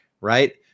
Right